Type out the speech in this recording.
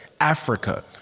Africa